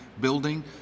building